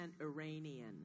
Iranian